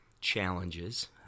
challenges